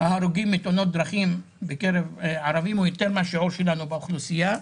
ההרוגים מתאונות דרכים בקרב ערבים הוא יותר מהשיעור שלנו באוכלוסייה.